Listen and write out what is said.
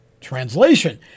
Translation